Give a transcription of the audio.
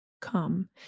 come